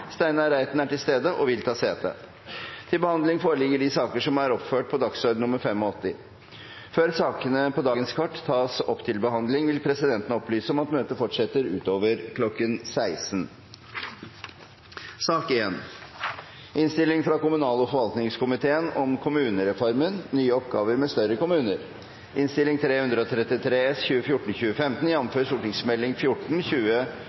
Steinar Reiten foreslås innkalt for å møte i permisjonstiden. – Det anses vedtatt. Steinar Reiten er til stede og vil ta sete. Før sakene på dagens kart tas opp til behandling, vil presidenten opplyse om at møtet fortsetter utover kl. 16. Etter ønske fra kommunal- og forvaltningskomiteen